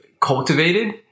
cultivated